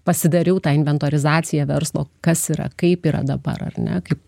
pasidariau tą inventorizaciją verslo kas yra kaip yra dabar ar ne kaip